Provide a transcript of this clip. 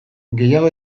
gehiago